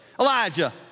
Elijah